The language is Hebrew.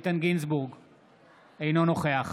אינו נוכח